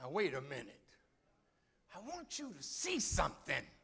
oh wait a minute i want to see something